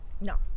No